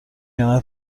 کنار